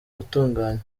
gutunganywa